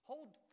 Hold